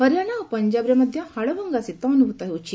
ହରିଆଣା ଓ ପଞ୍ଜାବରେ ମଧ୍ୟ ହାଡ଼ଭଙ୍ଗା ଶୀତ ଅନୁଭୂତ ହେଉଛି